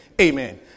Amen